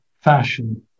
fashion